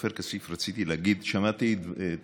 עופר כסיף, רציתי להגיד: שמעתי את